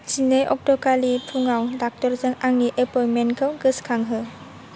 जिनै अक्ट'खालि फुङाव डाक्टारजों आंनि एपयेन्टमेन्टखौ गोसोखांहो